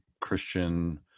christian